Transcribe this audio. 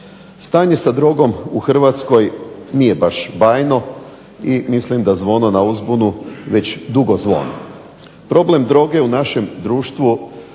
Stanje sa drogom u Hrvatskoj nije baš bajno i mislim da zvono na uzbunu već dugo zvoni. Problem droge u našem društvu